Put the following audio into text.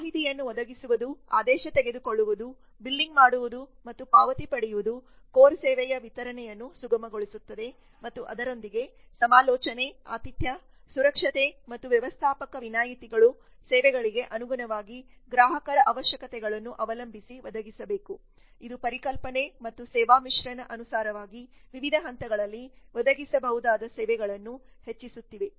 ಮಾಹಿತಿಯನ್ನು ಒದಗಿಸುವುದು ಆದೇಶ ತೆಗೆದುಕೊಳ್ಳುವುದು ಬಿಲ್ಲಿಂಗ್ ಮಾಡುವುದು ಮತ್ತು ಪಾವತಿ ಪಡೆಯುವುದು ಕೋರ್ ಸೇವೆಯ ವಿತರಣೆಯನ್ನು ಸುಗಮಗೊಳಿಸುತ್ತದೆ ಮತ್ತು ಅದರೊಂದಿಗೆ ಸಮಾಲೋಚನೆ ಆತಿಥ್ಯ ಸುರಕ್ಷತೆ ಮತ್ತು ವ್ಯವಸ್ಥಾಪಕ ವಿನಾಯಿತಿಗಳು ಸೇವೆಗಳಿಗೆ ಅನುಗುಣವಾಗಿ ಗ್ರಾಹಕರ ಅವಶ್ಯಕತೆಗಳನ್ನು ಅವಲಂಬಿಸಿ ಒದಗಿಸಬೇಕು ಇದು ಪರಿಕಲ್ಪನೆ ಮತ್ತು ಸೇವಾ ಮಿಶ್ರಣ ಅನುಸಾರವಾಗಿ ವಿವಿಧ ಹಂತಗಳಲ್ಲಿ ಒದಗಿಸಬಹುದಾದ ಸೇವೆಗಳನ್ನು ಹೆಚ್ಚಿಸುತ್ತಿವೆ